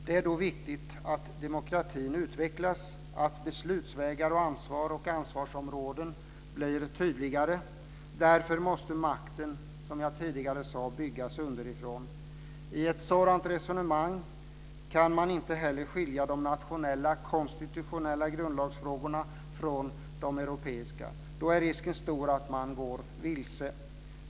Det är viktigt att demokratin utvecklas och att beslutsvägar, ansvar och ansvarsområden blir tydligare. Därför måste makten, som jag nyss sade, byggas underifrån. I ett sådant resonemang kan man inte heller skilja de nationella konstitutionella frågorna, grundlagsfrågorna, från de europeiska, för då är risken stor att man går vilse.